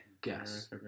guess